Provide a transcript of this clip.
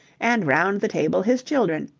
and round the table his children,